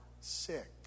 sick